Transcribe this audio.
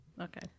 Okay